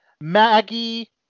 Maggie